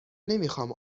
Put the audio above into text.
نمیخام